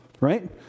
right